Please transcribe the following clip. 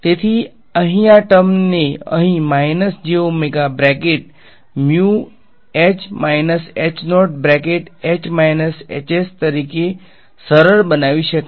તેથી અહીં આ ટર્મને અહી તરીકે સરળ બનાવી શકાય છે